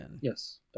Yes